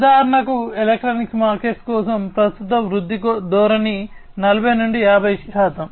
ఉదాహరణకు electronics market కోసం ప్రస్తుత వృద్ధి ధోరణి 40 నుండి 50 శాతం